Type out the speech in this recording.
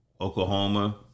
Oklahoma